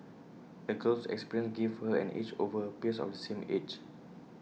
the girl's experiences gave her an edge over her peers of the same age